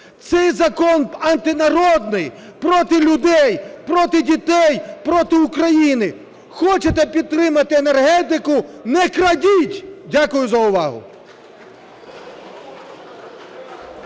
Цей закон антинародний, проти людей, проти дітей, проти України. Хочете підтримати енергетику - не крадіть. Дякую за увагу.